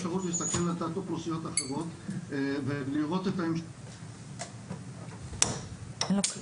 להסתכל על התת אוכלוסיות אחרות ולראות את ה -- (שיבושים בקו)